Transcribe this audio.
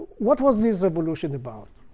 what was this revolution about?